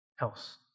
else